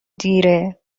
دیره